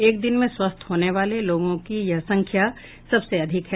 एक दिन में स्वस्थ होने वाले लोगों की यह संख्या सबसे अधिक है